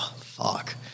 fuck